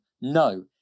No